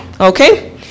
okay